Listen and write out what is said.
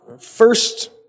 First